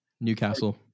Newcastle